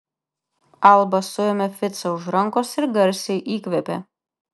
alba suėmė ficą už rankos ir garsiai įkvėpė